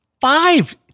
five